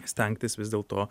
stengtis vis dėlto